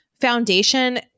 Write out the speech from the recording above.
foundation